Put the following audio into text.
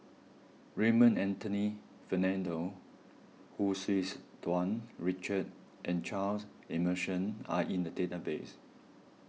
Raymond Anthony Fernando Hu Tsu's Tau Richard and Charles Emmerson are in the database